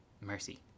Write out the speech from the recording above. mercy